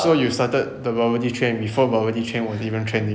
so you started the bubble tea trend before bubble trend was even trending